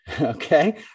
okay